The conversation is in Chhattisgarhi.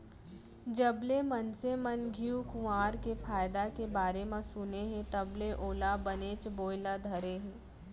जबले मनसे मन घींव कुंवार के फायदा के बारे म सुने हें तब ले ओला बनेच बोए ल धरे हें